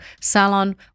Salon